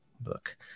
book